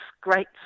great